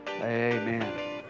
amen